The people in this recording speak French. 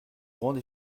grande